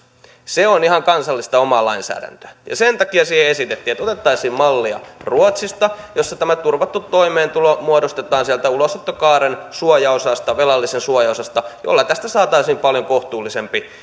se on ihan kansallista omaa lainsäädäntöä sen takia esitettiin että siihen otettaisiin mallia ruotsista missä tämä turvattu toimeentulo muodostetaan sieltä ulosottokaaren suojaosasta velallisen suojaosasta millä tästä saataisiin paljon kohtuullisempi